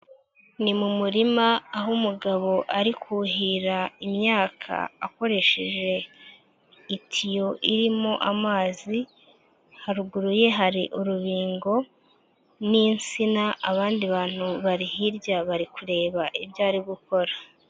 Ni mu murima aho umugabo ari kuhira imyaka akoresheje itiyo irimo amazi, haruguru ye hari urubingo n'insina abandi bantu bari hirya bari kureba ibyo ari gukora.